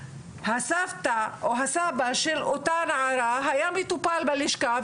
שהסבתא או הסבא של אותה נערה היה מטופל בלשכה.